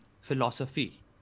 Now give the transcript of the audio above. philosophy